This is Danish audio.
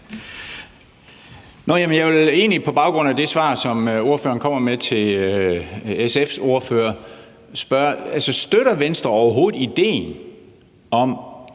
Jeg vil egentlig på baggrund af det svar, som ordføreren kom med til SF's ordfører, spørge, om Venstre overhovedet støtter